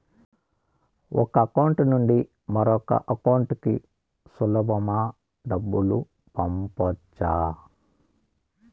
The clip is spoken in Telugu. ఒక అకౌంట్ నుండి మరొక అకౌంట్ కు సులభమా డబ్బులు పంపొచ్చా